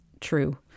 true